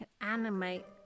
animate